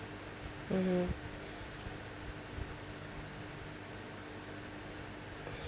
mmhmm